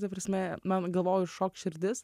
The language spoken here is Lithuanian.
ta prasme man galvojau iššoks širdis